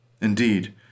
Indeed